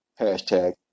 Hashtag